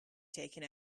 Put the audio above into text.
taken